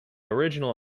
original